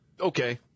Okay